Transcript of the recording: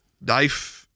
knife